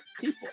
people